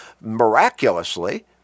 miraculously